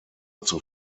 zur